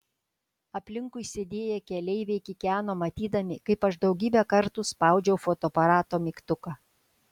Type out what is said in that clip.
aplinkui sėdėję keleiviai kikeno matydami kaip aš daugybę kartų spaudžiau fotoaparato mygtuką